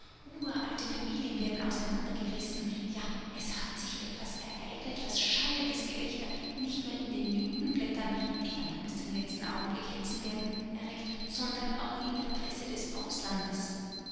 uralte familien werden auseinandergerissen ja es hat sich etwas ereignet was schallendes gelächter nicht nur in den judenblättern die ja noch bis zum letzten augenblick hetzen werden erregt sondern auch in der presse des auslandes